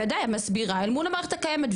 בוודאי, את מסבירה אל מול המערכת הקיימת.